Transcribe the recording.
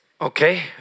Okay